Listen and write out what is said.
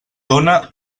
dóna